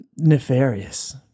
nefarious